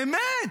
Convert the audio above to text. באמת,